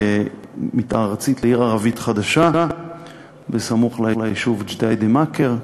ארצית לעיר ערבית חדשה סמוך ליישוב ג'דיידה-מכר,